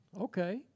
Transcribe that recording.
okay